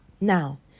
Now